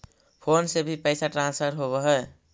Phone से भी पैसा ट्रांसफर होवहै?